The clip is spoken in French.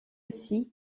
aussi